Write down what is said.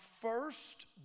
first